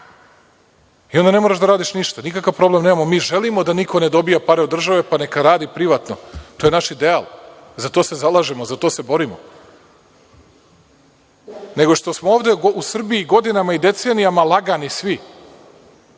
Onda ne moraš da radiš ništa. Nikakav problem nemamo. Mi želimo da niko ne dobija pare od države, pa neka radi privatno, to je naš ideal, za to se zalažemo, za to se borimo. Nego što smo ovde u Srbiji godinama i decenijama lagani svi